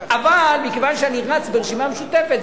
אבל מכיוון שאני רץ ברשימה משותפת,